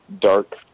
dark